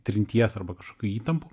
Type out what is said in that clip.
trinties arba kažkokių įtampų